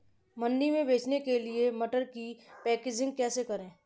मंडी में बेचने के लिए मटर की पैकेजिंग कैसे करें?